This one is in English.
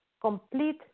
complete